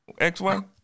XY